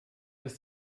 ist